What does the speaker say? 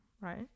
right